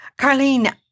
Carlene